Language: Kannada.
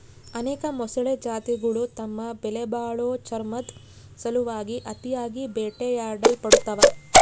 ಅನೇಕ ಮೊಸಳೆ ಜಾತಿಗುಳು ತಮ್ಮ ಬೆಲೆಬಾಳೋ ಚರ್ಮುದ್ ಸಲುವಾಗಿ ಅತಿಯಾಗಿ ಬೇಟೆಯಾಡಲ್ಪಡ್ತವ